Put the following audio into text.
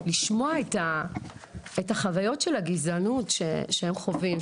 לשמוע את החוויות של הגזענות שהם חווים,